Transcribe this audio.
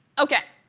ok.